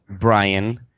Brian